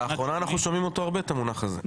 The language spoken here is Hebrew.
לאחרונה אנחנו שומעים הרבה את המונח הזה.